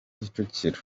kicukiro